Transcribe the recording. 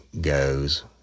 goes